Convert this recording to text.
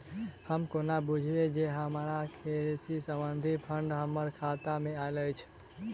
हम कोना बुझबै जे हमरा कृषि संबंधित फंड हम्मर खाता मे आइल अछि?